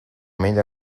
made